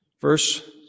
Verse